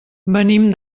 venim